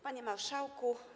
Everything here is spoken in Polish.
Panie Marszałku!